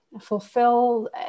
fulfill